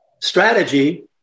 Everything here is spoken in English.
strategy